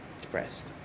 depressed